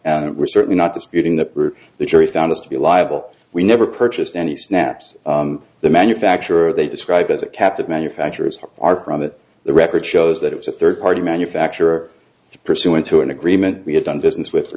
and we're certainly not disputing that the jury found us to be liable we never purchased any snaps the manufacturer they describe as a captive manufacturers are from it the record shows that it was a third party manufacturer pursuant to an agreement we have done business with for